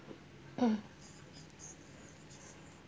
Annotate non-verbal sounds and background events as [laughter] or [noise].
[coughs]